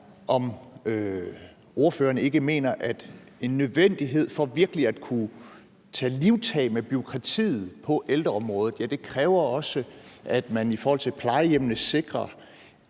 om han ikke mener, at for virkelig at kunne tage livtag med bureaukratiet på ældreområdet kræver det nødvendigvis også, at man i forhold til plejehjemmene sikrer,